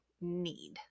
need